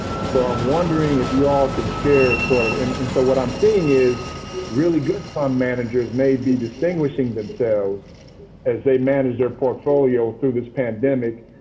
so i'm wondering if you all can share sort of um and so what i'm seeing is really good fund managers may be distinguishing themselves as they manage their portfolio through this pandemic.